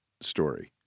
story